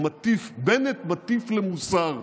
הוא מטיף, בנט מטיף למוסר,